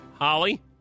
Holly